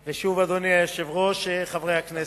ושוב, אדוני היושב-ראש, חברי הכנסת,